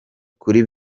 kuri